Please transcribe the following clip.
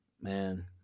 man